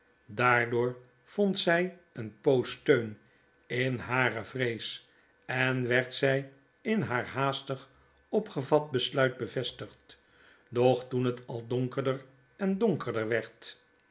daardoor vond zij een poob steun in hare vrees enwerd zij in haar haastig opgevat besluit bevestigd doch toen het al donkerder en donkerder werd